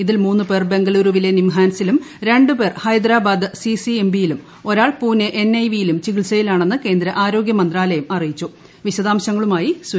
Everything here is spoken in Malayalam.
ഇതിൽ മൂന്ന് പേർ ബംഗളൂരുവിലെ നിംഹാൻസിലും രണ്ട് പേർ ഹൈദരാബാദ് സിസിഎംബിയിലും ഒരാൾ പൂനെ എൻഐവിയിലും ചികിൽസയിലാണെന്ന് കേന്ദ്ര ആരോഗൃ മന്ത്രാലയം അറിയിച്ചു